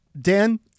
Dan